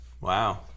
Wow